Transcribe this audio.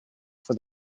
for